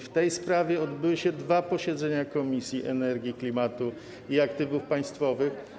W tej sprawie odbyły się dwa posiedzenia Komisji do Spraw Energii, Klimatu i Aktywów Państwowych.